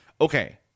Okay